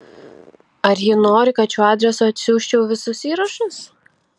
ar ji nori kad šiuo adresu atsiųsčiau visus įrašus